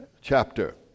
chapter